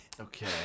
Okay